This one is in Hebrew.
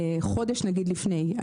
נגיד חודש לפני,